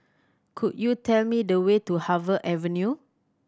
could you tell me the way to Harvey Avenue